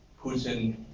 Putin